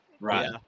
Right